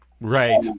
Right